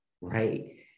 right